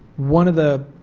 one of the,